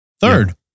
Third